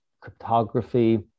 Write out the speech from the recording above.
cryptography